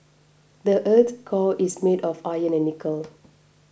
the earth's core is made of iron and nickel